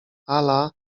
ala